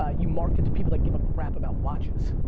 ah you market to people that give a crap about watches.